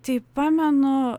tai pamenu